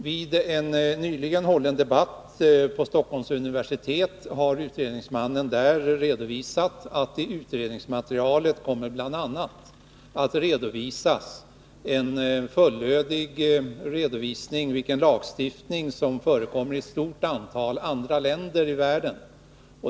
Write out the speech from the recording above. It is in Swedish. Vid en nyligen hållen debatt på Stockholms universitet har utredningsmannen redovisat att det i utredningsmaterialet bl.a. kommer att ges en fullödig redovisning av vilken lagstiftning som förekommer i ett stort antal länder i världen.